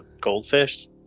goldfish